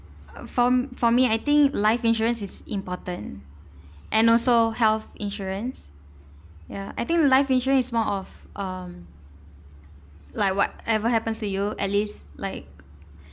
for for me I think life insurance is important and also health insurance ya I think life insurance is more of um like what ever happens to you at least like